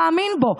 מאמין בו,